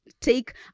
take